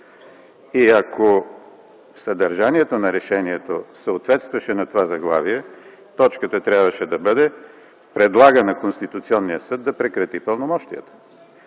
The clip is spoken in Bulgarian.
Ако съдържанието на решението съответстваше на това решение, точката трябваше да бъде: „Предлага на Конституционния съд да прекрати пълномощията”.